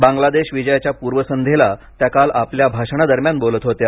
बांग्लादेश विजयाच्या पूर्वसंध्येला त्या काल आपल्या भाषणादरम्यान बोलत होत्या